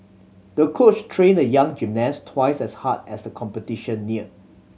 the coach trained the young gymnast twice as hard as the competition neared